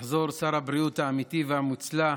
יחזור שר הבריאות האמיתי והמוצלח,